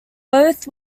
both